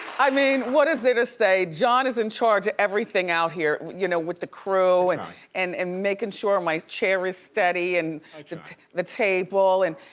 i mean, what is there to say? john is in charge of everything out here, you know, with the crew and and and making sure my chair is steady, and the table and.